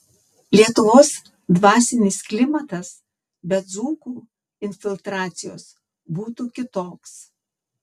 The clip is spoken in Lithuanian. lietuvos dvasinis klimatas be dzūkų infiltracijos būtų kitoks